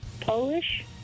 Polish